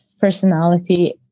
personality